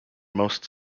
most